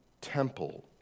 temple